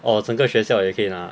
orh 整个学校也可以拿 ah